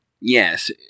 Yes